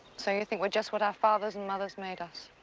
so you think we're just what our fathers and mothers made us.